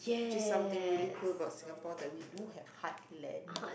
just something really cool about Singapore that we do have heartland